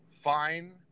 Fine